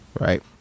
Right